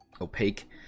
opaque